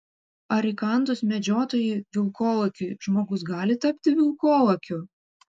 ar įkandus medžiotojui vilkolakiui žmogus gali tapti vilkolakiu